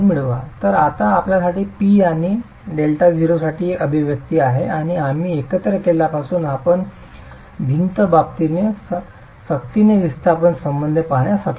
तर आता आपल्यासाठी P आणि Δ0 साठी एक अभिव्यक्ती आहे आणि आम्ही एकत्र केल्यापासून आपण भिंत बाबतीत सक्तीने विस्थापन संबंध पाहण्यास सक्षम असाल